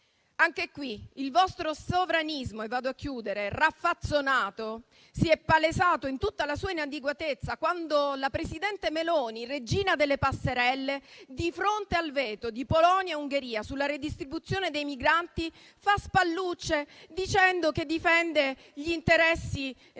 Anche qui il vostro sovranismo raffazzonato si è palesato in tutta la sua inadeguatezza, allorquando la presidente Meloni, regina delle passerelle, di fronte al veto di Polonia e Ungheria sulla ridistribuzione dei migranti, fa spallucce, dicendo che difende gli interessi della